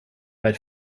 weil